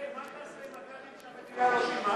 מאיר, מה תעשה עם אג"חים שהמדינה לא שילמה?